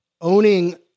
owning